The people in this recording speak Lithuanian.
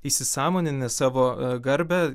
įsisąmoninę savo garbę